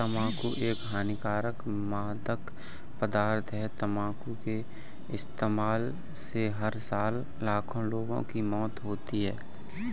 तंबाकू एक हानिकारक मादक पदार्थ है, तंबाकू के इस्तेमाल से हर साल लाखों लोगों की मौत होती है